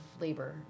labor